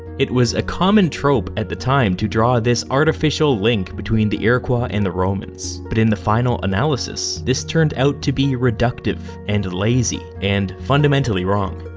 it was a common trope at the time to draw this artificial link between the iroquois ah and the romans, but in the final analysis, this turned out to be reductive, and lazy, and fundamentally wrong.